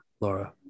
laura